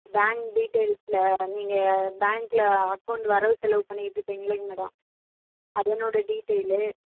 bank டீட்டெயில்ஸில் நீங்கள் பேங்கில் அக்கௌண்ட் வரவு செலவு பண்ணிகிட்ருப்பிங்கள்லை மேடோம் அதனோடய டீட்டெயிலு